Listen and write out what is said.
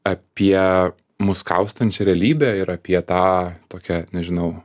apie mus kaustančią realybę ir apie tą tokią nežinau